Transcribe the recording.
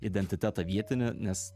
identitetą vietinį nes